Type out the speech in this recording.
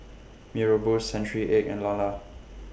Mee Rebus Century Egg and Lala